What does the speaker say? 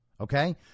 Okay